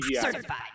Certified